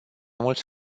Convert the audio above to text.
mulți